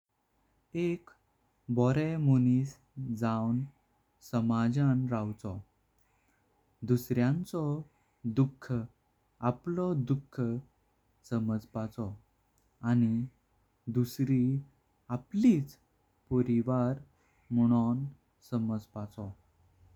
एक बोरेम मनिस जावन समाजान रवचो दुसऱ्यांचो। दुख अपलो दुख समाजपाचो आनी दुसरी आपलीच परिवार मुनों समाजपाचो।